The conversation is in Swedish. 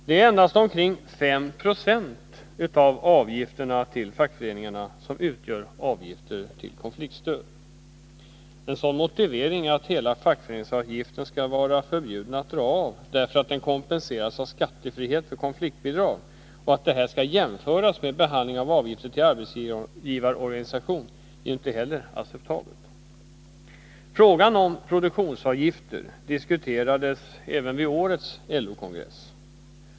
Det är endast omkring 5 96 av avgifterna till fackföreningarna som utgör avgifter till konfliktstöd. Motiveringen att hela fackföreningsavgiften skall vara förbjuden att dra av därför att den kompenseras av skattefrihet för konfliktbidrag och att detta skall jämföras med behandlingen av avgifter till arbetsgivarorganisation kan inte accepteras. Frågan om produktionsavgifter diskuterades även vid årets LO-kongress.